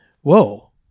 Whoa